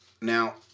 Now